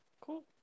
Cool